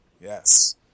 Yes